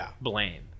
blame